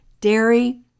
Dairy